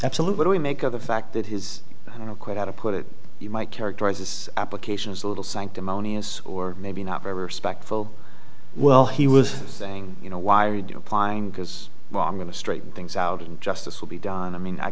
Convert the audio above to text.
absolutely we make of the fact that his you know quite how to put it you might characterize this application is a little sanctimonious or maybe not very respectful well he was saying you know why are you do applying because well i'm going to straighten things out and justice will be done i mean i